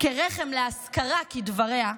כרחם להשכרה, כדבריה,